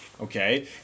Okay